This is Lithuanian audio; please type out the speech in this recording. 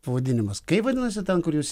pavadinimas kaip vadinasi ten kur jūs